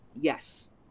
Yes